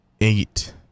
Eight